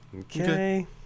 Okay